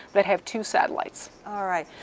that have two satellites. alright,